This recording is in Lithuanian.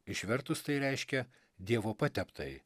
išvertus tai reiškia dievo pateptąjį